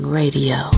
radio